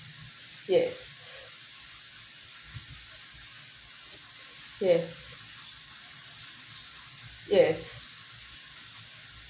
yes yes yes